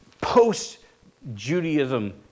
post-Judaism